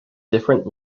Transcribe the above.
different